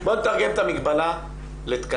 בוא נתרגם את המגבלה לתקנים,